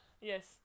Yes